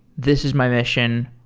this is my mission.